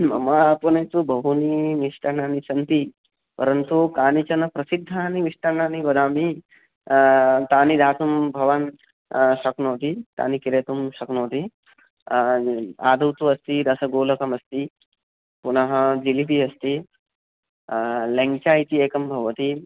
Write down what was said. मम आपणे तु बहूनि मिष्टान्नानि सन्ति परन्तु कानिचन प्रसिद्धानि मिष्टान्नानि वदामि तानि दातुं भवान् शक्नोति तानि क्रेतुं शक्नोति आदौ तु अस्ति रसगोलकमस्ति पुनः जिलेबि अस्ति लेञ्चा इति एकं भवति